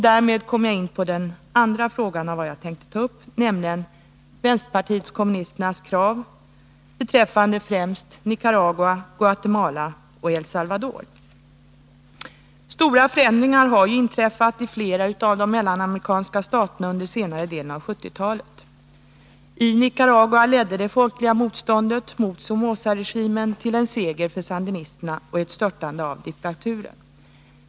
Därmed kommer jag in på den andra delen av vad jag skulle beröra, Stora förändringar har inträffat i flera av de mellanamerikanska staterna under senare delen av 1970-talet. I Nicaragua ledde det folkliga motståndet mot Somozaregimen till en seger för sandinisterna och ett störtande av diktaturen.